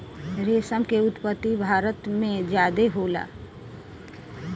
रेशम के उत्पत्ति भारत में ज्यादे होला